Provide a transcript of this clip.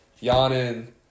yawning